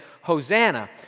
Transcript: Hosanna